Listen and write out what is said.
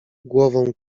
głową